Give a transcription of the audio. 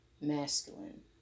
masculine